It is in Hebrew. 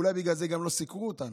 אולי בגלל זה גם לא סיקרו אותנו,